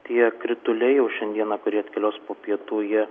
tie krituliai jau šiandieną kurie atkeliaus po pietų jie